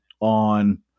on